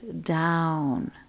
down